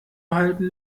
halten